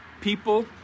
people